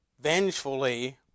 vengefully